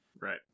Right